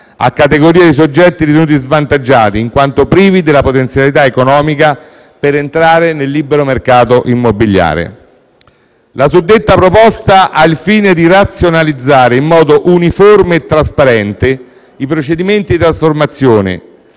a categorie di soggetti ritenuti svantaggiati in quanto privi della potenzialità economica per entrare nel libero mercato immobiliare. La suddetta proposta ha il fine di razionalizzare in modo uniforme e trasparente i procedimenti di trasformazione